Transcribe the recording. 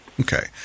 Okay